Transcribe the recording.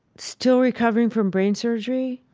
still recovering from brain surgery,